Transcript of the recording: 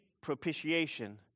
propitiation